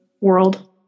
world